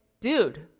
dude